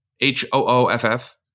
H-O-O-F-F